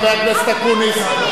חבר הכנסת אקוניס,